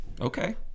okay